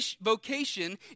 vocation